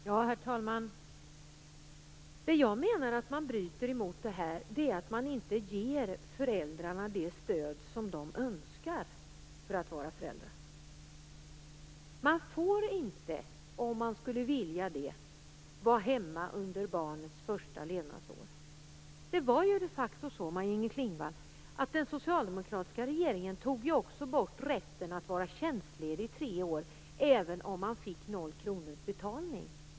Herr talman! Jag menar att regeringen bryter mot det här genom att inte ge föräldrarna det stöd som de önskar. Man får inte, om man skulle vilja det, vara hemma under barnets första levnadsår. Det var ju de facto så, Maj-Inger Klingvall, att den socialdemokratiska regeringen också tog bort rätten att vara tjänstledig i tre år, även om man fick noll kronor i betalning.